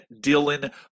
Dylan